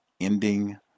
Ending